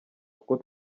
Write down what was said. kuko